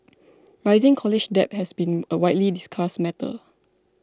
rising college debt has been a widely discussed matter